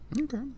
Okay